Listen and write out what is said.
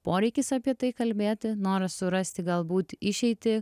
poreikis apie tai kalbėti noras surasti galbūt išeitį